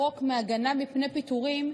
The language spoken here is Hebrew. בחוק הגנה מפני פיטורים,